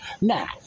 Now